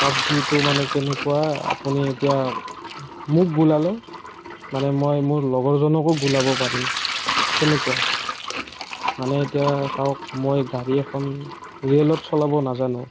পাবজিটো মানে কেনেকুৱা আপুনি এতিয়া মোক গুলিয়ালে মই মোৰ লগৰজনকো গুলিয়াব পাৰিম সেনেকুৱা মানে এতিয়া চাওক মই গাড়ী এখন ৰিয়েলত চলাব নাজানো